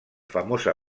famosa